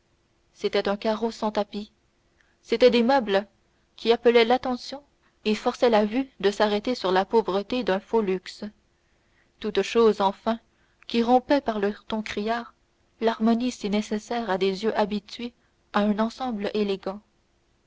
c'était un carreau sans tapis c'étaient des meubles qui appelaient l'attention et forçaient la vue de s'arrêter sur la pauvreté d'un faux luxe toutes choses enfin qui rompaient par leurs tons criards l'harmonie si nécessaire à des yeux habitués à un ensemble élégant